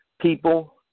People